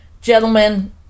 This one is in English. gentlemen